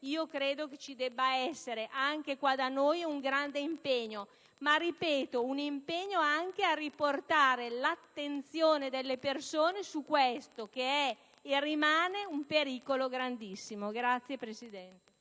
e credo che ci debba essere anche qui da noi un grande impegno, anche, come ho detto, a riportare l'attenzione delle persone su questo che è e rimane un pericolo grandissimo. *(Applausi